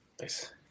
Nice